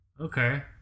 Okay